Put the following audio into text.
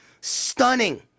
stunning